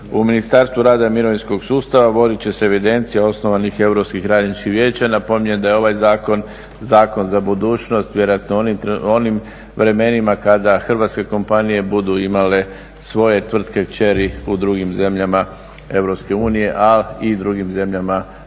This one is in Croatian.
U Ministarstvu rada i mirovinskog sustava vodit će se evidencija osnovanih europskih radničkih vijeća. Napominjem da je ovaj zakon zakon za budućnost, vjerojatno u onim vremenima kada hrvatske kompanije budu imale svoje tvrtke kćeri u drugim zemljama Europske unije, a i drugim zemljama